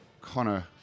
Connor